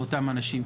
לאותם אנשים,